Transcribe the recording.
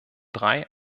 drei